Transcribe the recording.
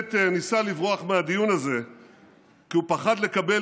בנט ניסה לברוח מהדיון הזה כי הוא פחד לקבל